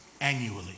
annually